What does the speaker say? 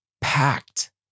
packed